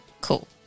Cool